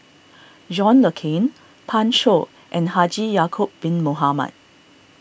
John Le Cain Pan Shou and Haji Ya'Acob Bin Mohamed